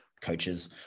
coaches